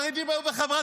גם בתוך